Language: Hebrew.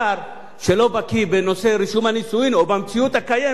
או במציאות הקיימת יכין את ההצגה לכנסת.